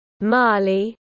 Mali